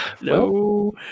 No